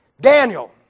Daniel